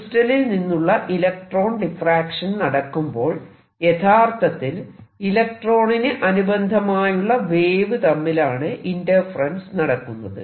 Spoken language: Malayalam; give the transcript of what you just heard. ക്രിസ്റ്റലിൽ നിന്നുള്ള ഇലക്ട്രോൺ ഡിഫ്റാക്ഷൻ നടക്കുമ്പോൾ യഥാർത്ഥത്തിൽ ഇലക്ട്രോണിന് അനുബന്ധമായുള്ള വേവ് തമ്മിലാണ് ഇന്റർഫെറെൻസ് നടക്കുന്നത്